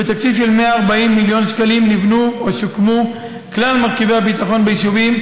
בתקציב של 140 מיליון שקלים נבנו או שוקמו כלל מרכיבי הביטחון ביישובים,